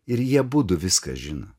ir jie abudu viską žino